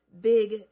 Big